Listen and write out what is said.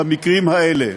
במקרים האלה: